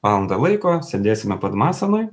valandą laiko sėdėsime padmasanoj